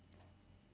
uh